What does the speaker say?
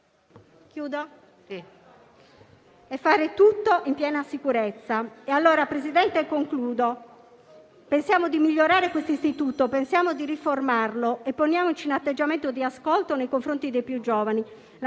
Dobbiamo fare tutto in piena sicurezza. Signor Presidente, concludo. Pensiamo a migliorare questo istituto, pensiamo a riformarlo e poniamoci in atteggiamento di ascolto nei confronti dei più giovani. La